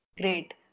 Great